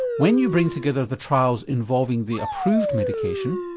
when you bring together the trials involving the approved medication,